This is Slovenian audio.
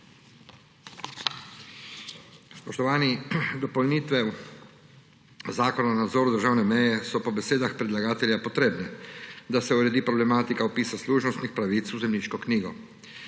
Spoštovani! Dopolnitve Zakona o nadzoru državne meje so po besedah predlagatelja potrebne, da se uredi problematika vpisa služnostnih pravic v zemljiško knjigo.